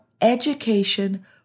education